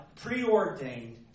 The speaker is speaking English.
preordained